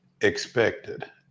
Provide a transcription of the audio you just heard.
expected